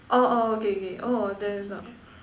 oh oh okay okay oh then is not